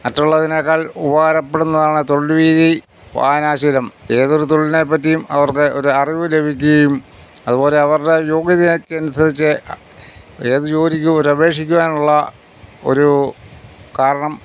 മറ്റുള്ളതിനെക്കാൾ ഉപകാരപ്പെടുന്നതാണ് തൊഴിൽവീഥി വായനാശീലം ഏതൊരു തൊഴിലിനെപ്പറ്റിയും അവർക്ക് ഒരറിവ് ലഭിക്കുകയും അതുപോലെ അവരുടെ യോഗ്യതയ്ക്കനുസരിച്ച് ഏത് ജോലിക്കു ഒരപേക്ഷിക്കുവാനുള്ള ഒരു കാരണം